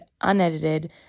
unedited